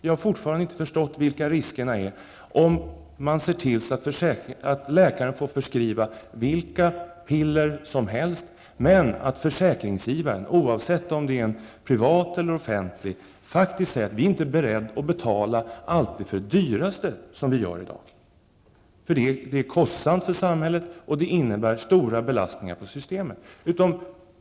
Jag har fortfarande inte förstått vilka riskerna är, om man ser till att läkaren får förskriva vilka piller som helst men stadgar att försäkringsgivaren -- oavsett om den är privat eller offentlig -- kan säga: Vi är inte beredda att alltid betala för det dyraste läkemedlet. Det är kostsamt för samhället och det innebär stora belastningar på systemet.